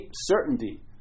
certainty